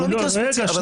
רגע,